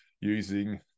using